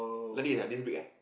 let it like this week eh